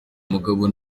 mugabo